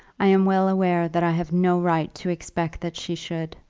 i am well aware that i have no right to expect that she should.